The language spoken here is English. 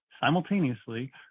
simultaneously